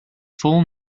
full